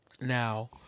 Now